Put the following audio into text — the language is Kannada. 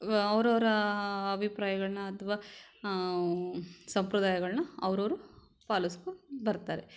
ಅವರವ್ರ ಅಭಿಪ್ರಾಯಗಳನ್ನ ಅಥವಾ ಸಂಪ್ರದಾಯಗಳನ್ನು ಅವರವ್ರು ಪಾಲಿಸ್ಕೊ ಬರ್ತಾರೆ